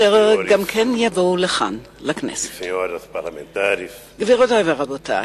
ואשר גם יבואו לכאן, לכנסת, גבירותי ורבותי,